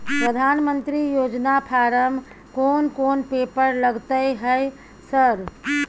प्रधानमंत्री योजना फारम कोन कोन पेपर लगतै है सर?